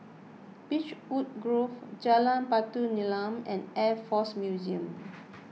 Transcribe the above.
Beechwood Grove Jalan Batu Nilam and Air force Museum